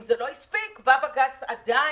אם זה לא הספיק, בא בג"ץ לשמחתנו,